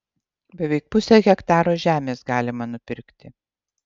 beveik pusę hektaro žemės galima nupirkti